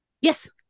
Yes